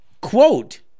quote